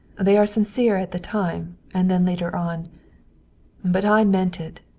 they are sincere at the time, and then later on but i meant it.